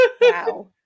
wow